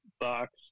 box